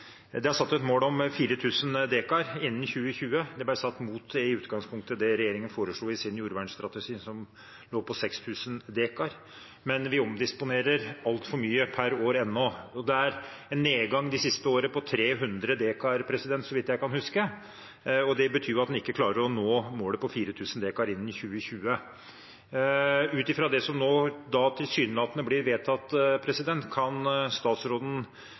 Det er satt et mål om 4 000 dekar innen 2020. Det ble satt imot det som regjeringen i utgangspunktet foreslo i sin jordvernstrategi, som var 6 000 dekar, men vi omdisponerer enda altfor mye per år. Det siste året er det en nedgang på 300 dekar, så vidt jeg kan huske, og det betyr at en ikke klarer å nå målet om 4 000 dekar innen 2020. Ut fra det som nå, tilsynelatende, blir vedtatt: Kan statsråden